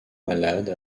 malade